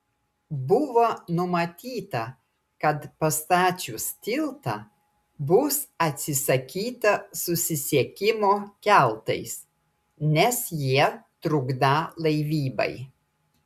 buvo numatyta kad pastačius tiltą bus atsisakyta susisiekimo keltais nes jie trukdą laivybai